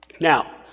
Now